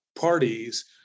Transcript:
parties